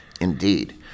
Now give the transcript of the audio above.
Indeed